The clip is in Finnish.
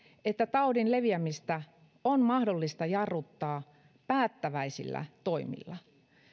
että taudin leviämistä on mahdollista jarruttaa päättäväisillä toimilla